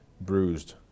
bruised